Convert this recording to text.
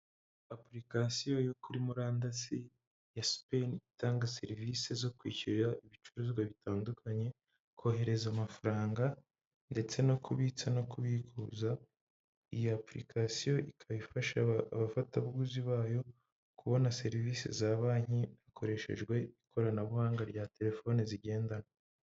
Application yo kuri murandasi ya spenn itanga serivisi zo kwishyurira ibicuruzwa bitandukanye kohereza amafaranga ndetse no kubitsa no kubikuza, iyi application ikaba ifasha abafatabuguzi bayo kubona serivisi za banki hakoreshejwe ikoranabuhanga rya telefoni zigendanwa.